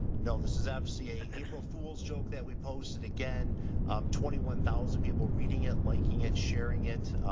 no, this is obviously a april fools joke that we posted. again, i'm twenty one thousand people reading it, liking it, sharing it.